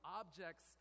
objects